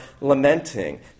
lamenting